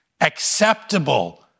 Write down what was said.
acceptable